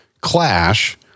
clash